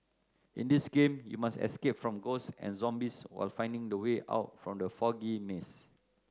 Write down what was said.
in this game you must escape from ghosts and zombies while finding the way out from the foggy maze